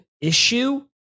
issue